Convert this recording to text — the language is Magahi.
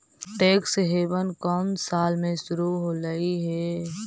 टैक्स हेवन कउन साल में शुरू होलई हे?